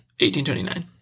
1829